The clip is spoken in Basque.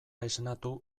esnatu